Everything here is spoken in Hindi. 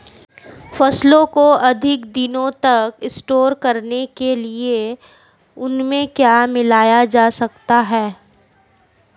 फसलों को अधिक दिनों तक स्टोर करने के लिए उनमें क्या मिलाया जा सकता है?